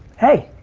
hey.